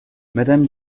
madame